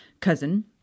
Cousin